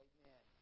Amen